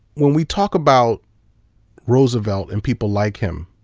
when we talk about roosevelt and people like him,